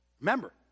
Remember